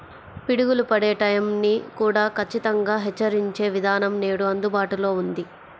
పిడుగులు పడే టైం ని కూడా ఖచ్చితంగా హెచ్చరించే విధానం నేడు అందుబాటులో ఉంది